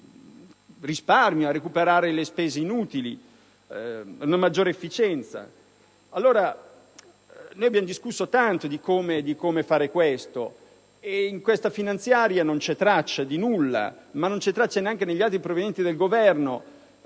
risparmio, a recuperare le spese inutili, ad una maggiore efficienza. Abbiamo discusso tanto di come realizzare tale obiettivo, ma in questa finanziaria non c'è traccia di nulla, non ce ne è traccia neanche negli altri provvedimenti del Governo,